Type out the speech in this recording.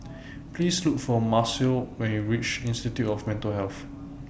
Please Look For Marcel when YOU REACH Institute of Mental Health